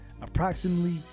approximately